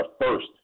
first